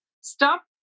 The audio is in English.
Stop